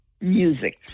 Music